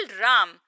Ram